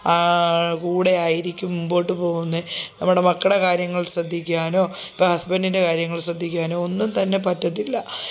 കൂടെയായിരിക്കും മുമ്പോട്ട് പോകുന്നത് നമ്മുടെ മക്കളുടെ കാര്യങ്ങൾ ശ്രദ്ധിക്കാനോ ഇപ്പം ഹസ്ബൻ്റിൻ്റെ കാര്യങ്ങൾ ശ്രദ്ധിക്കാനോ ഒന്നുംതന്നെ പറ്റത്തില്ല